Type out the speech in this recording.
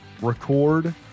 record